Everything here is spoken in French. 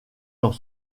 dans